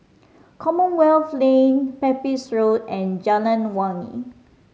Commonwealth Lane Pepys Road and Jalan Wangi